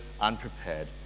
unprepared